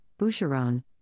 Boucheron